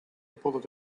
bullet